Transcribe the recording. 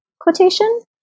quotation